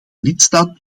lidstaat